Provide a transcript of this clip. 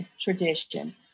tradition